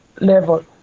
level